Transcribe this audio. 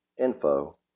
info